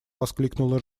воскликнула